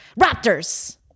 raptors